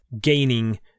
gaining